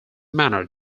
manner